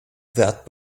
that